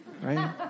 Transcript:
right